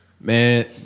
Man